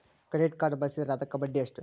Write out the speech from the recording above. Credit card ಬಳಸಿದ್ರೇ ಅದಕ್ಕ ಬಡ್ಡಿ ಎಷ್ಟು?